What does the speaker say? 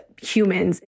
humans